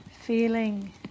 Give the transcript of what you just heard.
feeling